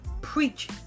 preach